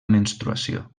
menstruació